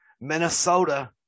Minnesota